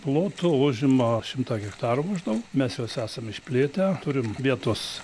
ploto užima šimtą hektarų maždaug mes juos esam išplėtę turim vietos